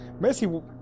Messi